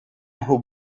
who